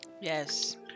yes